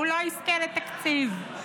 לא יזכה לתקציב.